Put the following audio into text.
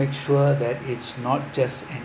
make sure that it's not just end